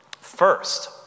First